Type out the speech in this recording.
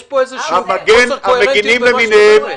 יש פה חוסר קוהרנטיות במה שקורה.